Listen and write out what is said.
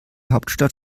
hauptstadt